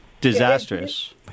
disastrous